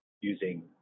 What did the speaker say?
using